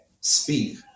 speak